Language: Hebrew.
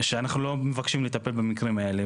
שאנחנו לא מבקשים לטפל במקרים האלה.